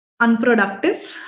unproductive